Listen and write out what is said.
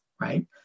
right